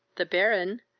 the baron,